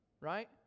Right